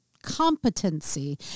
competency